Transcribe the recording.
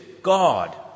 God